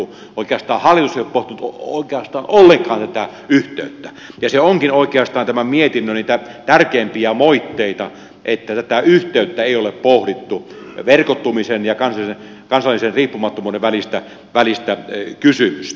oikeastaan hallitus ei ole pohtinut ollenkaan tätä yhteyttä ja se onkin oikeastaan tämän mietinnön niitä tärkeimpiä moitteita että tätä yhteyttä ei ole pohdittu verkottumisen ja kansallisen riippumattomuuden välistä kysymystä